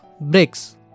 bricks